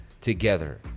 together